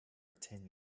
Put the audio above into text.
ten